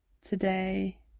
today